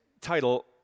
title